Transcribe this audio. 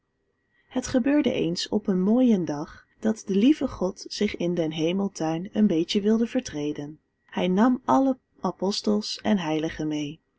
het gebeurde eens op een mooien dag dat de lieve god zich in den hemeltuin een beetje wilde vertreden hij nam alle apostels en heiligen meê